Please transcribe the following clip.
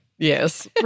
Yes